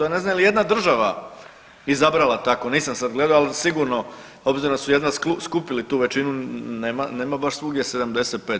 Ja ne znam jel i jedna država izabrala tako, nisam sad gledao, ali sigurno obzirom da su jedva skupili tu većinu nema baš svugdje 75.